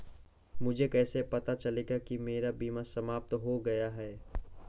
मुझे कैसे पता चलेगा कि मेरा बीमा समाप्त हो गया है?